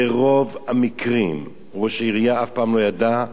ברוב המקרים ראש עירייה אף פעם לא ידע,